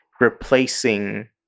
replacing